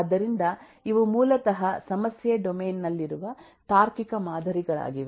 ಆದ್ದರಿಂದ ಇವು ಮೂಲತಃ ಸಮಸ್ಯೆ ಡೊಮೇನ್ ನಲ್ಲಿರುವ ತಾರ್ಕಿಕ ಮಾದರಿಗಳಾಗಿವೆ